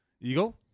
Eagle